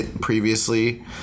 previously